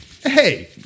hey